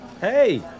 Hey